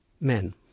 Men